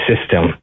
system